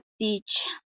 teach